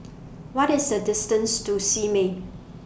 What IS The distance to Simei